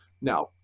Now